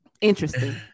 interesting